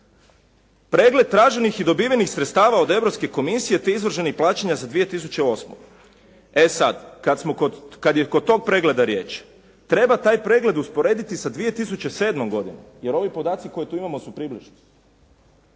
Pregled traženih i dobivenih sredstava od Europske komisije te izvršenih plaćanja za 2008. E sad, kad smo kod, kad je kod tog pregleda riječ, treba taj pregled usporediti sa 2007. godinom, jer ovi podaci koje tu imamo su približni.